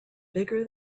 bigger